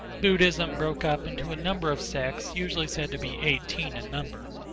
buddhism broke up into a number of sects usually said to be eighteen in number.